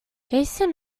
jason